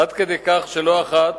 עד כדי כך שלא אחת